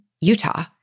Utah